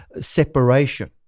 separation